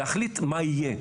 ולהחליט מה יהיה.